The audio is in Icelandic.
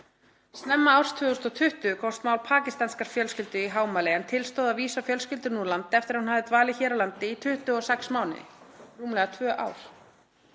Snemma árs 2020 komst mál pakistanskrar fjölskyldu í hámæli en til stóð að vísa fjölskyldunni úr landi eftir að hún hafði dvalið hér á landi í 26 mánuði.“ — rúmlega tvö ár